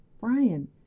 brian